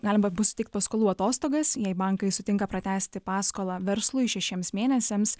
galima bus suteikt paskolų atostogas jei bankai sutinka pratęsti paskolą verslui šešiems mėnesiams